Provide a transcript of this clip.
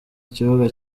kibuga